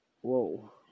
Whoa